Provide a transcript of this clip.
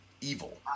evil